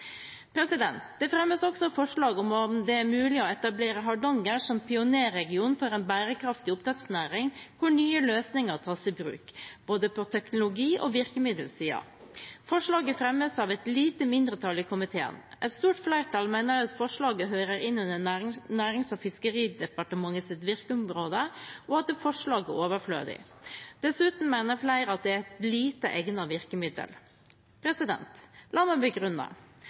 Det fremmes også forslag om det er mulig å etablere Hardanger som pionerregion for en bærekraftig oppdrettsnæring hvor nye løsninger tas i bruk, både på teknologi- og på virkemiddelsiden. Forslaget fremmes av et lite mindretall i komiteen. Et stort flertall mener at forslaget hører inn under Nærings- og fiskeridepartementets virkeområde, og at forslaget er overflødig. Dessuten mener flere at det er et lite egnet virkemiddel. La meg begrunne: